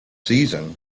season